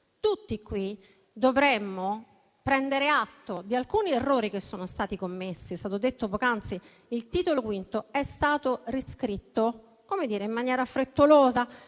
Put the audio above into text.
tutti qui dovremmo prendere atto di alcuni errori che sono stati commessi. È stato detto poc'anzi che il Titolo V è stato riscritto in maniera frettolosa,